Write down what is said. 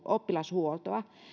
oppilashuoltoa